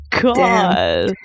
God